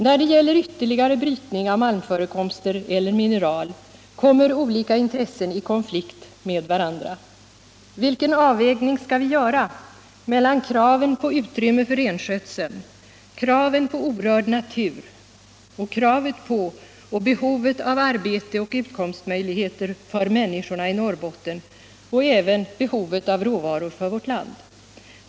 När det gäller ytterligare brytning av malmförekomster eller mineral kommer olika intressen i konflikt med varandra. Vilken avvägning skall vi göra mellan kraven på utrymme för renskötseln, kraven på orörd natur och kravet på och behovet av arbete och utkomstmöjligheter för människorna i Norrbotten och även behovet av råvaror för vårt land?